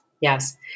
Yes